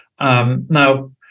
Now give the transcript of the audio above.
Now